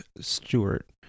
Stewart